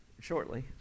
shortly